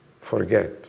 forget